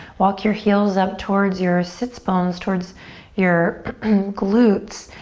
walk your heels up towards your sits bones, towards your glutes,